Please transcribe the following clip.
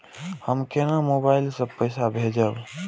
हम केना मोबाइल से पैसा भेजब?